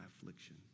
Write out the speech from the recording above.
affliction